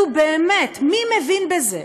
אנחנו, באמת, מי מבין בזה?